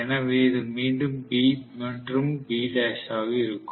எனவே இது மீண்டும் B மற்றும் B' ஆக இருக்கும்